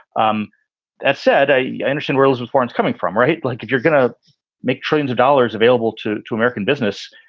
um that said, i yeah i understand where elizabeth warren is coming from. right. i like if you're going to make trains of dollars available to to american business.